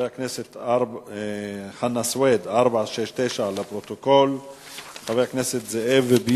חבר הכנסת חמד עמאר שאל את שר התחבורה והבטיחות בדרכים